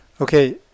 Okay